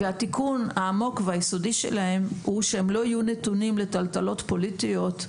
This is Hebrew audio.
והתיקון העמוק והיסודי שלהם הוא שהם לא יהיו נתונים לטלטלות פוליטיות,